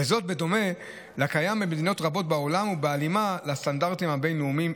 וזאת בדומה לקיים במדינות רבות בעולם ובהלימה לסטנדרטים הבין-לאומיים.